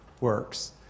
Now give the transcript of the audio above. works